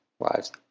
lives